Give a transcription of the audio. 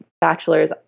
bachelor's